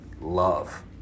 love